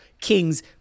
Kings